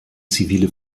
zivile